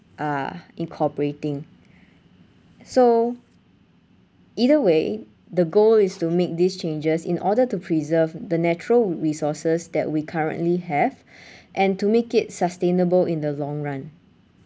are incorporating so either way the goal is to make these changes in order to preserve the natural resources that we currently have and to make it sustainable in the long run